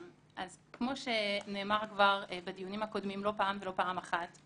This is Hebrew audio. כמו שנאמר כבר בדיונים הקודמים לא פעם ולא פעם אחת,